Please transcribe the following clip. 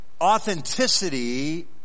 authenticity